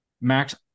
max